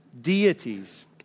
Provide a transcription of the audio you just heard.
deities